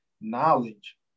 knowledge